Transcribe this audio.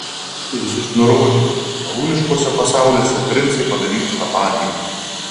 ir jis nurodė kad atskalūniškuose pasauliuose princai padarytų tą patį